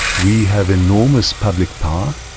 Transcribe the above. we have enormous public power.